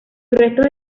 restos